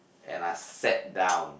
and I sat down